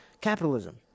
Capitalism